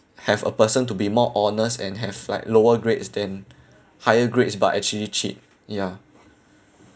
have a person to be more honest and have like lower grades than higher grades but actually cheat ya